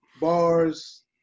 Bars